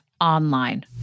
online